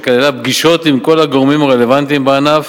שכללה פגישות עם כל הגורמים הרלוונטיים בענף,